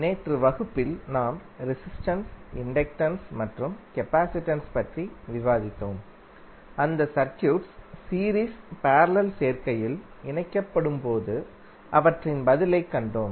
நேற்று வகுப்பில் நாம் ரெசிஸ்டென்ஸ் இண்டக்டன்ஸ் மற்றும் கபாசிடன்ஸ் பற்றி விவாதித்தோம் அந்த சர்க்யூட்ஸ் சீரீஸ் பேரலல் சேர்க்கையில் இணைக்கப்படும்போது அவற்றின் பதிலைக் கண்டோம்